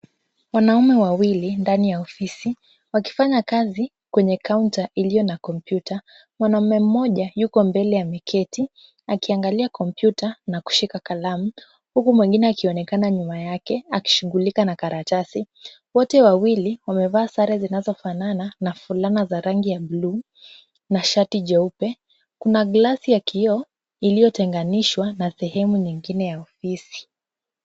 Wanaume wawili ndani ya ofisi wakifanya kazi kwenye kaunta iliyo na kompyuta . Mwanaume mmoja yuko mbele ya viketi akiangalia kompyuta na kushika kalamu huku mwengine akionekana nyuma yake akishughulika na karatasi. Wote wawili wamevaa sare zinazofanana na fulana za rangi ya buluu na shati jeupe. Kuna glasi ya kioo iliyotenganishwa na sehemu nyingine ya ofisi.